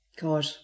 God